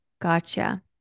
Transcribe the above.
Gotcha